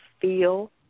feel